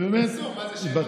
מנסור, מה זה, שאלות ותשובות?